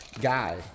guy